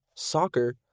soccer